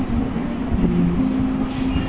আমাদের দেশে একটা ফাইন্যান্স বোর্ড আছে